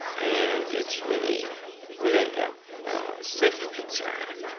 and it's really really a safety concern